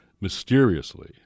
mysteriously